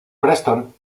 preston